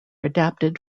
adapted